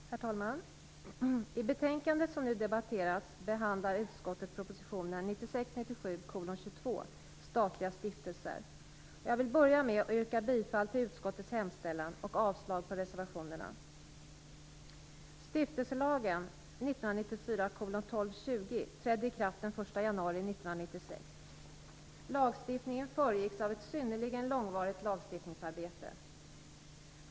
Herr talman! I det betänkande som nu debatteras behandlar utskottet proposition 1996/97:22 Statliga stiftelser. Jag vill börja med att yrka bifall till utskottets hemställan och avslag på reservationerna. Stiftelselagen 1994:1220 trädde i kraft den 1 januari 1996. Lagstiftningen föregicks av ett synnerligen långvarigt lagstiftningsarbete.